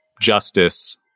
justice